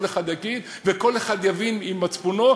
כל אחד יכיר וכל אחד יבין עם מצפונו,